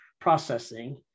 processing